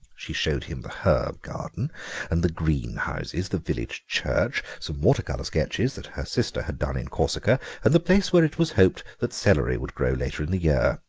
she showed him the herb garden and the greenhouses, the village church, some water-colour sketches that her sister had done in corsica, and the place where it was hoped that celery would grow later in the year.